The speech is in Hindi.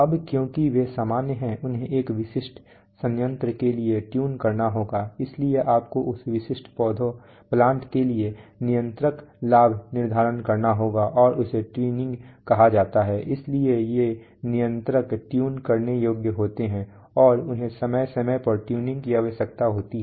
अब क्योंकि वे सामान्य हैं उन्हें एक विशिष्ट संयंत्र के लिए ट्यून करना होगा इसलिए आपको उस विशिष्ट प्लांट के लिए नियंत्रक लाभ निर्धारित करना होगा और इसे ट्यूनिंग कहा जाता है इसलिए ये नियंत्रक ट्यून करने योग्य होते हैं और उन्हें समय समय पर ट्यूनिंग की आवश्यकता होती है